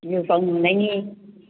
टिभिफ्राव नुनायनि